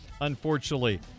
unfortunately